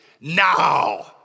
now